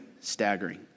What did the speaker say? staggering